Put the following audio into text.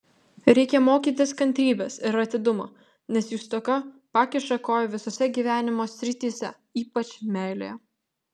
reikia mokytis kantrybės ir atidumo nes jų stoka pakiša koją visose gyvenimo srityse ypač meilėje